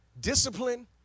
discipline